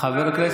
כולם ליהודים,